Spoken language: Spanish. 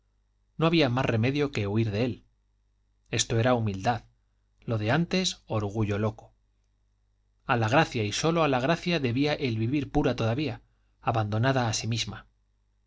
no había más remedio que huir de él esto era humildad lo de antes orgullo loco a la gracia y sólo a la gracia debía el vivir pura todavía abandonada a sí misma